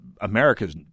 America's